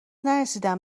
نرسیدم